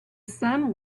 sun